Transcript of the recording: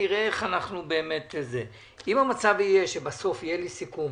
אם המצב יהיה שבסוף יהיה לי סיכום